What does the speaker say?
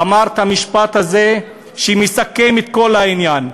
אמר את המשפט הזה שמסכם את כל העניין: